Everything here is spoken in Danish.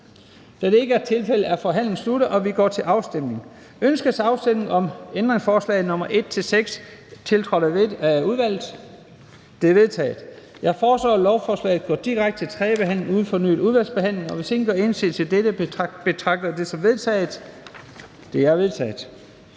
Da det ikke er tilfældet, er forhandlingen sluttet, og vi går til afstemning. Kl. 14:49 Afstemning Første næstformand (Leif Lahn Jensen): Ønskes afstemning om ændringsforslag nr. 1-2, tiltrådt af udvalget? Det er vedtaget. Jeg foreslår, at lovforslaget går direkte til tredje behandling uden fornyet udvalgsbehandling, og hvis ingen gør indsigelse mod dette, betragter jeg det som vedtaget. Det er vedtaget.